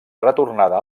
retornada